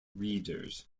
readers